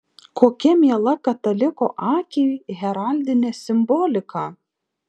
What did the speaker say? kokia miela kataliko akiai heraldinė simbolika